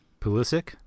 Pulisic